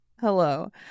Hello